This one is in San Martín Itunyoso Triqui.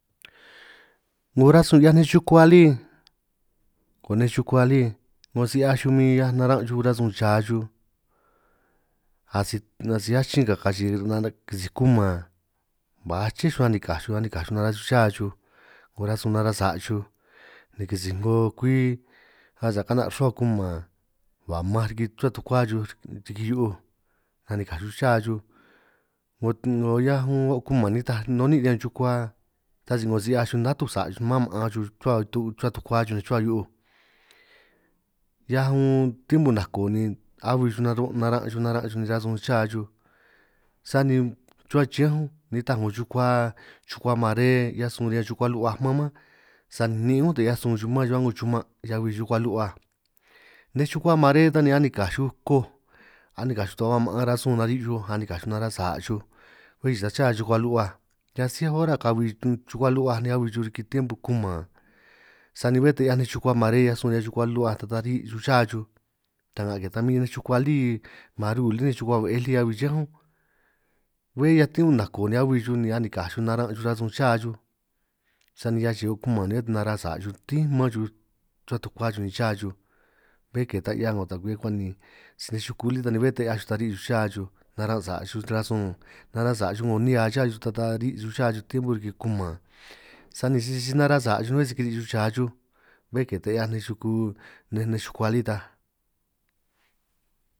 'Ngo rasun 'hiaj nej chukua lí 'ngo nej chukua lí 'ngo si 'hiaj xuj min, 'hiaj naran' xuj rasun cha xuj asi' asij achin ka' kachi'i kisij kuman, ba a' aché xuj anikaj anikaj xuj nara' xuj sa cha xuj 'ngo rasun, nara sa' xuj ni kisi 'ngo kwi asa' ka'na' rruhua kuman ba' manj riki chuhua tukua xuj riki hiu'uj anikaj xuj cha xuj, 'ngo hiaj un oo' kuman nitaj nun ni'in riñan chukua ta si 'ngo si 'hiaj xuj natu' sa' chuj, man maan xuj chuhua tu tukua xuj chuhua hiu'uj, hiaj un tiempo nako ni ahui xuj naru' naran' naran' xuj nej rasun cha chuj, sani rruhua yiñánj unj nitaj 'ngo chukua chukua mare 'hiaj suj riñan chukua lu'huaj man manj, sani ni'in unj taj 'hiaj sun xuj man rruhua a'ngo chuman' ñan abi chukua lu'huaj nej, chukua mare tan ni anikaj xuj koj anikaj ta ba maan rasun nari' xuj anikaj xuj nara sa' xuj, bé chi'i ta cha chukua lu'huaj hiaj asij hora ka'hui chukua lu'huaj ni ahui riki tiempo kuman, sani bé ta 'hiaj nej chukua mare 'hiaj sun riñan nej chukua lu'huaj ta ta ri' xuj cha xuj, ta'nga ke ta bin nej chukua lij maru li chukua be'ej lí abi chiñan unj, bé hiaj tiempo nako ni abi xuj ni anikaj xuj naran' xuj rasun cha xuj, sani hiaj achi'i kuman ni nara' sa' xuj ni tín man xuj rruhua tukua xuj, ni cha xuj bé ke ta 'hia 'ngo ta kwi akuan' nin si chuku lí ta ni bé ta 'hiaj xuj, ta ri' xuj cha xuj nara' sa' xuj rasun nara' sa' xuj 'ngo nihia cha xuj, ta ta ri' xuj cha xuj tiempo riki kuman sani sisi si nara' sa' xuj bé si kiri' xuj cha xuj, bé ke ta 'hiaj nej chuku nej nej chukua lí ta.